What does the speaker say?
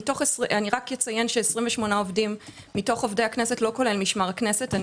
אציין ש-28 עובדים מתוך עובדי הכנסת לא כולל משמר הכנסת,